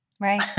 right